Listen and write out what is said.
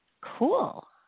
Cool